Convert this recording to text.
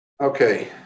Okay